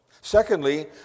Secondly